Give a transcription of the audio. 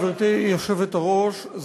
גברתי היושבת-ראש,